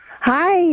Hi